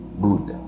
good